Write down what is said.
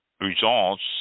results